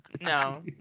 No